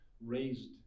raised